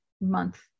month